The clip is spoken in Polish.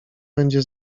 będzie